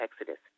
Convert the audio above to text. Exodus